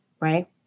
right